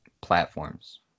platforms